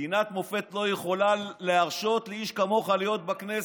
מדינת מופת לא יכולה להרשות לאיש כמוך להיות בכנסת.